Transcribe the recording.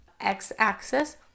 x-axis